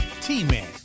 T-Man